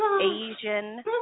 Asian